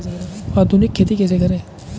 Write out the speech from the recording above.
आधुनिक खेती कैसे करें?